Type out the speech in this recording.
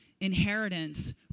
inheritance